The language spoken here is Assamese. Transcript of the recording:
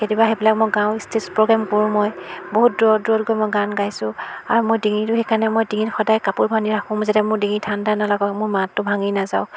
কেতিয়াবা সেইবিলাক মই গাওঁ ষ্টেজ প্ৰ'গ্ৰেম কৰোঁ মই বহুত দূৰত দূৰত গৈ মই গান গাইছোঁ আৰু মই ডিঙিটো সেইকাৰণে মই ডিঙিত সদায় কাপোৰ বান্ধি ৰাখোঁ যেতিয়া মোৰ ডিঙি ঠাণ্ডা নালাগক মোৰ মাতটো ভাঙি নাযাওক